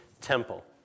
temple